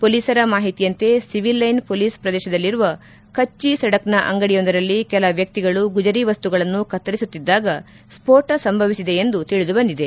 ಪೊಲೀಸರ ಮಾಹಿತಿಯಂತೆ ಸಿಎಲ್ಲೈನ್ ಪೊಲೀಸ್ ಪ್ರದೇಶದಲ್ಲಿರುವ ಕಚ್ಚ ಸಡಕ್ನ ಅಂಗಡಿಯೊಂದರಲ್ಲಿ ಕೆಲ ವ್ಯಕ್ತಿಗಳು ಗುಜರಿ ವಸ್ತುಗಳನ್ನು ಕತ್ತರಿಸುತ್ತಿದ್ದಾಗ ಸ್ಫೋಟ ಸಂಭವಿಸಿದೆ ಎಂದು ತಿಳಿದು ಬಂದಿದೆ